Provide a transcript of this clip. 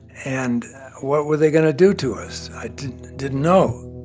and what were they going to do to us? i didn't know